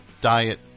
diet